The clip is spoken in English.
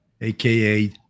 AKA